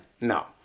No